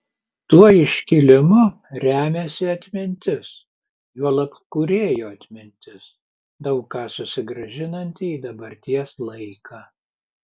tuo iškilimu remiasi atmintis juolab kūrėjo atmintis daug ką susigrąžinanti į dabarties laiką